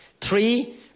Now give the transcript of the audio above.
Three